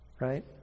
right